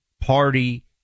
party